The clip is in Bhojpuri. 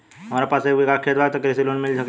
हमरा पास एक बिगहा खेत बा त कृषि लोन मिल सकेला?